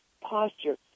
posture